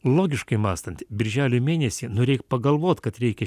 logiškai mąstant birželio mėnesį nu reik pagalvot kad reikia